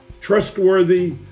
trustworthy